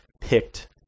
picked